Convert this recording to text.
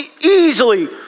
easily